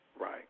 Right